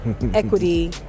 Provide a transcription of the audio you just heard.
equity